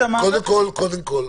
קודם כל,